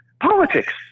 politics